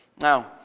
Now